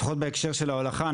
לפחות בהקשר של ההולכה,